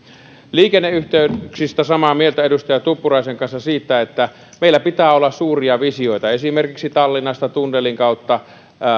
liikenneyhteyksistä olen samaa mieltä edustaja tuppuraisen kanssa siitä että meillä pitää olla suuria visioita esimerkiksi tallinnasta tunnelin kautta